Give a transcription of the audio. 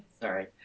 Sorry